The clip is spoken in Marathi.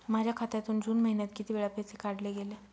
माझ्या खात्यातून जून महिन्यात किती वेळा पैसे काढले गेले?